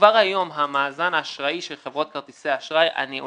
כבר היום המאזן האשראי של חברות כרטיסי האשראי הם פה,